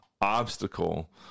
obstacle